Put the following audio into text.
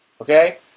Okay